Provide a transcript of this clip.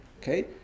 Okay